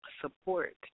support